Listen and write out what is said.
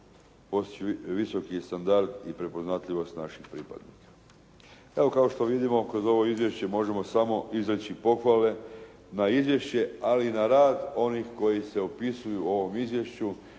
postići visoki standard i prepoznatljivost naših pripadnika. Evo kao što vidimo kroz ovo izvješće možemo samo izreći pohvale na izvješće, ali i na rad onih koji se opisuju u ovom izvješću